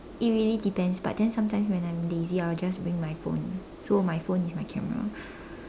it really depends but then sometimes when I'm lazy I will just bring my phone so my phone is my camera